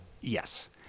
Yes